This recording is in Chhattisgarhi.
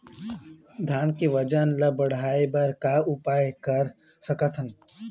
धान के वजन ला बढ़ाएं बर का उपाय कर सकथन?